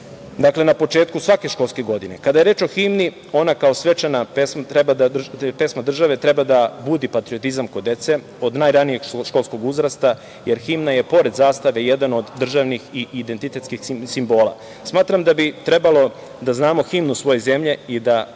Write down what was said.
na početku svake školske godine. Kada je reč o himni, ona kao svečana pesma države, treba da budi patriotizam kod dece od najranijeg školskog uzrasta, jer himna je pored zastave jedan od državnih identitetskih simbola. Smatram da bi trebalo da znamo himnu svoje zemlje i da